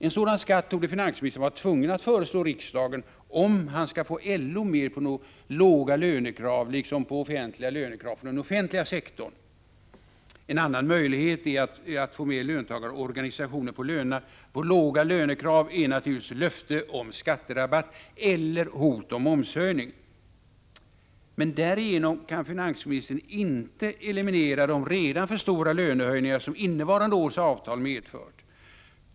En sådan skatt torde finansministern vara tvungen att föreslå riksdagen, om han skall få LO med på låga lönekrav liksom måttliga löneökningar inom den offentliga sektorn. En annan möjlighet att få med löntagarorganisationerna på låga lönekrav är naturligtvis löfte om skatterabatt eller hot om momshöjning. Men därigenom kan finansministern inte eliminera de redan för stora lönehöjningar som innevarande års avtal medfört.